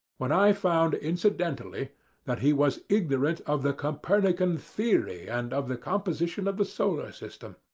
when i found incidentally that he was ignorant of the copernican theory and of the composition of the solar system.